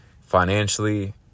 financially